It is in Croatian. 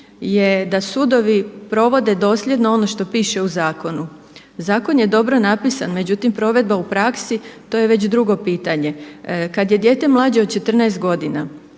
je da sudovi provode dosljedno ono što piše u zakonu. Zakon je dobro napisan međutim provedba u praksi to je već drugo pitanje. Kad je dijete mlađe od 14 godina